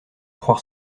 croire